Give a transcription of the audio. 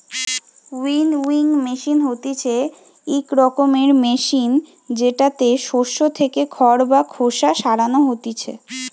winnowing machine হতিছে ইক রকমের মেশিন জেতাতে শস্য থেকে খড় বা খোসা সরানো হতিছে